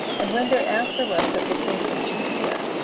and when their answer was, that they came from judea,